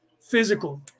physical